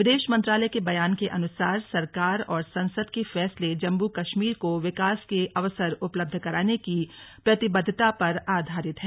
विदेश मंत्रालय के बयान के अनुसार सरकार और संसद के फैसले जम्मू कश्मीर को विकास के अवसर उपलब्ध कराने की प्रतिबद्धता पर आधारित हैं